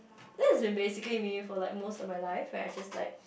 this has been basically me for most of my life when I just like